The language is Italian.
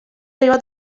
arriva